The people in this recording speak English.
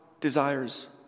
desires